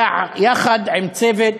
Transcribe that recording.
יחד עם צוות